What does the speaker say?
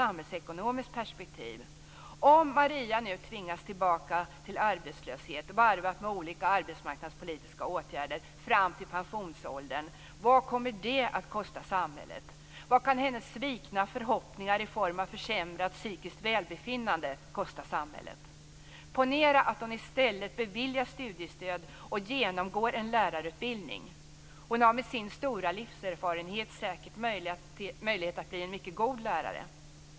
Vad kommer det att kosta samhället om Maria nu tvingas tillbaka till arbetslöshet, varvad med olika arbetsmarknadspolitiska åtgärder, fram till pensionsåldern? Vad kan hennes svikna förhoppningar i form av försämrat psykiskt välbefinnande kosta samhället? Ponera att hon i stället beviljas studiestöd och genomgår en lärarutbildning. Hon har med sin stora livserfarenhet säkert möjlighet att bli en mycket god lärare.